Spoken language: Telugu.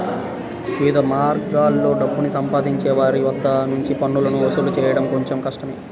వివిధ మార్గాల్లో డబ్బుని సంపాదించే వారి వద్ద నుంచి పన్నులను వసూలు చేయడం కొంచెం కష్టమే